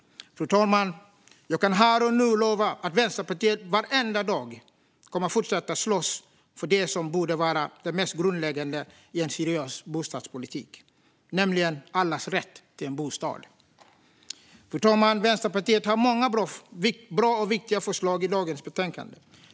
Fru talman! Jag kan här och nu lova att Vänsterpartiet kommer att fortsätta slåss varenda dag för det som borde vara det mest grundläggande i en seriös bostadspolitik, nämligen allas rätt till en bostad. Fru talman! Vänsterpartiet har många bra och viktiga förslag i dagens betänkande.